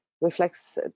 reflects